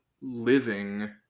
living